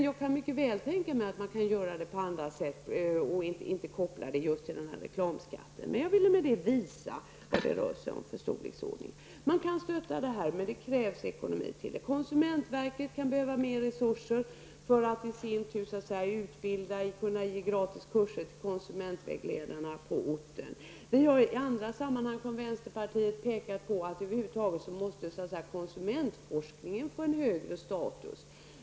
Jag kan mycket väl tänka mig en annan lösning som inte kopplas till reklamskatten. Men jag ville med detta visa vad det rör sig om för storleksordning. Man kan stötta verksamheten, men det krävs ekonomi. Konsumentverket kan behöva mer resurser för att kunna ge gratis kurser till konsumentvägledarna på orten. Vi har i andra sammanhang från vänsterpartiet pekat på att konsumentforskningen måste få en högre status.